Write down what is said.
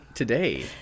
Today